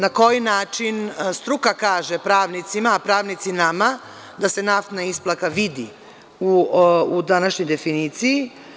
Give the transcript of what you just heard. Na koji način struka kaže pravnicima, a pravnici nama, da se naftna isplaka vidi u današnjoj definiciji?